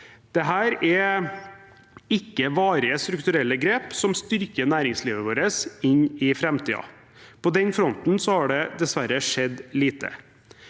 Dette er ikke varige, strukturelle grep som styrker næringslivet vårt inn i framtiden. På den fronten har det dessverre skjedd lite.